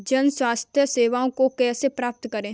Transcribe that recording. जन स्वास्थ्य सेवाओं को कैसे प्राप्त करें?